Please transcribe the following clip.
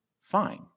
fine